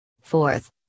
Fourth